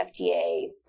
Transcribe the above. FDA